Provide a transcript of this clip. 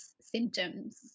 symptoms